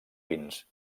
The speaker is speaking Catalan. pins